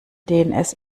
dns